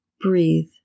Breathe